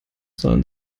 sollen